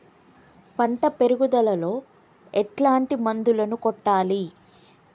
పంట పెరుగుదలలో ఎట్లాంటి మందులను కొట్టాలి?